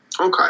Okay